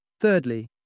Thirdly